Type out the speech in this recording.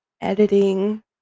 editing